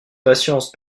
patience